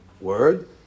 word